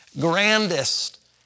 grandest